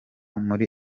muri